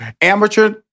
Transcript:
amateur